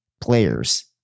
players